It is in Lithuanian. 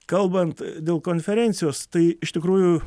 kalbant dėl konferencijos tai iš tikrųjų